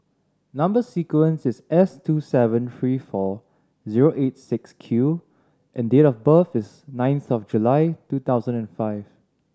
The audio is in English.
number sequence is S two seven three four zero eight six Q and date of birth is ninth July two thousand and five